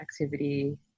activity